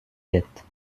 dettes